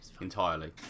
entirely